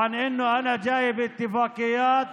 אין לכם ברירה.